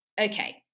okay